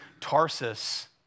Tarsus